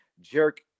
Jerk